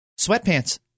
sweatpants